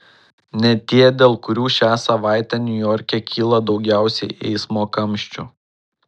ne tie dėl kurių šią savaitę niujorke kyla daugiausiai eismo kamščių